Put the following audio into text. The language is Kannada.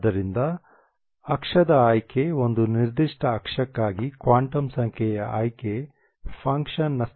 ಆದ್ದರಿಂದ ಅಕ್ಷದ ಆಯ್ಕೆ ಒಂದು ನಿರ್ದಿಷ್ಟ ಅಕ್ಷಕ್ಕಾಗಿ ಕ್ವಾಂಟಮ್ ಸಂಖ್ಯೆಯ ಆಯ್ಕೆ ಫಂಕ್ಷ̈ನ್functionನ ಸ್ಥಿತಿಯನ್ನು ನಿರ್ಧರಿಸುತ್ತದೆ